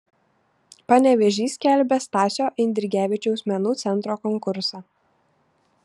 panevėžys skelbia stasio eidrigevičiaus menų centro konkursą